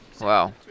wow